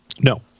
No